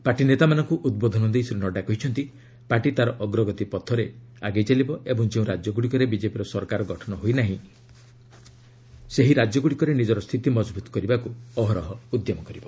party ନେତାମାନଙ୍କୁ ଉଦ୍ବୋଧନ ଦେଇ ଶ୍ରୀ ନଡ଼ୁ କହିଛନ୍ତି ପାର୍ଟି ତାର ଅଗ୍ରଗତି ପଥଷରେ ଆଗେଇ ଚାଲିବ ଓ ଯେଉଁ ରାଜ୍ୟଗୁଡ଼କରେ ବିଜେପିର ସରକାର ଗଠନ ହୋଇନାହିଁ ସେହି ରାଜ୍ୟଗୁଡ଼ିକରେ ନିଜର ସ୍ଥିତି ମଜବୁତ କରିବାକୁ ଅହରହ ଉଦ୍ୟମ କରିବ